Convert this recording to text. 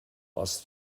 els